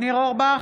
ניר אורבך,